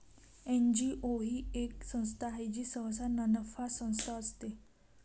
NGO ही एक संस्था आहे जी सहसा नानफा संस्था असते